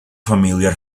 familiar